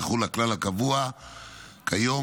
יחול הכלל הקבוע כיום,